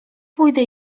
pójdę